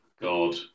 God